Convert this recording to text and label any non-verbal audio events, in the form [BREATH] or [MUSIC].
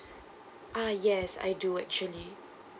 [BREATH] ah yes I do actually